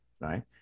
right